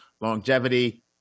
longevity